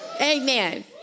Amen